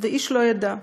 ואיש לא ידע,